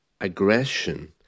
aggression